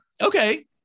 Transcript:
Okay